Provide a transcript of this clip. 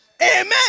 Amen